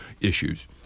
issues